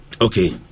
okay